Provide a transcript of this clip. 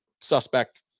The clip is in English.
suspect